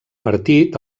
partit